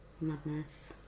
madness